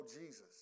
Jesus